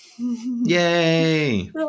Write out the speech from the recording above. yay